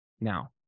Now